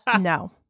No